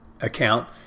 account